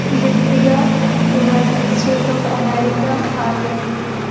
Liberia united state of America Hali